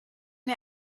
mir